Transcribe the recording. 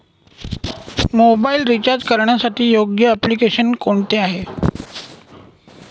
Mobile recharge करण्यासाठी योग्य application कोणते आहे?